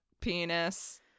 penis